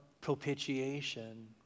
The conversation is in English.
propitiation